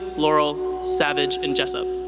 laurel, savage, and jessup.